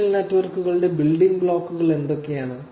social നെറ്റ്വർക്കുകളുടെ building ബ്ലോക്കുകൾ എന്തൊക്കെയാണ്